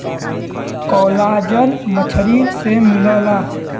collagen मछरी से मिलला